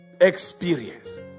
Experience